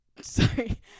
Sorry